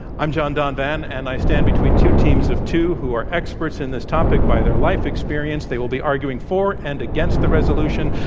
i'm john donvan, and i stand between two teams of two who are experts in this topic by their life experience. they will be arguing for and against the resolution.